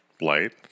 light